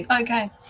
Okay